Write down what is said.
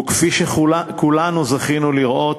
וכפי שכולנו זכינו לראות,